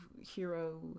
hero